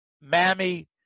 mammy